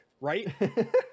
right